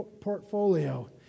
portfolio